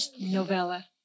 Novella